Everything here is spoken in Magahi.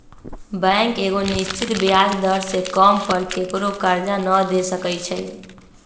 बैंक एगो निश्चित ब्याज दर से कम पर केकरो करजा न दे सकै छइ